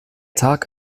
tag